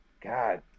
God